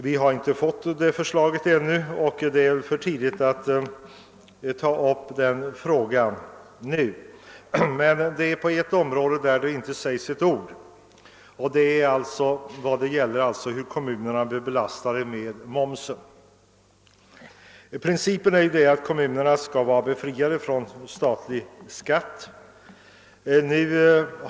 Vi har ännu inte fått förslaget, och det är alltså för tidigt att ta upp den frågan nu. Men om ett avsnitt sägs inte ett ord — det gäller hur kommunerna blir belastade av momsen. Principen är ju att kommunerna skall vara befriade från statlig skatt.